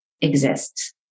exists